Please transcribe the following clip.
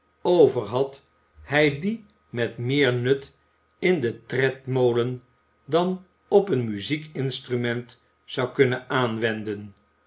adem overhad hij dien met meer nut in den tredmolen dan op een muziekinstrument zou kunnen aanwenden